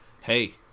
hey